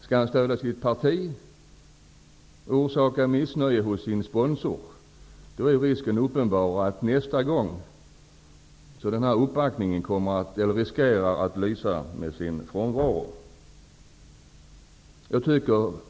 Skall han stödja sitt parti och orsaka missnöje hos sin sponsor? Risken är då uppenbar att uppbackningen från sponsorn nästa gång kommer att lysa med sin frånvaro. Herr talman!